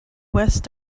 west